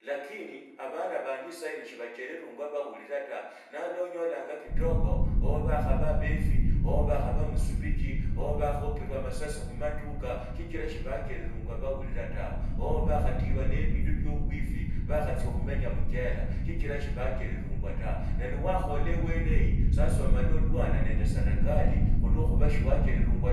Lakini abana bandi sahino sibacheravungwa babula ta nali onyolanga kidogo ooh bakhakhupirwa amasasi khuiduka sichira sibachererungwa nibabula tawe ooh bakhatitwa ne ebindu bie ebwifi bakhatsia okhumenya mujela sichira sibacherevee tawe. Ne niwakhola wene hiyo sasa omala olwani nendi serekali khulwa khuba shiwachereruringwa